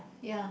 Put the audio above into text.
yeah